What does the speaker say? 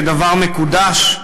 כדבר מקודש.